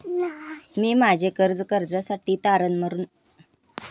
मी माझे घर कर्जासाठी तारण म्हणून ठेवले आहे